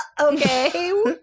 okay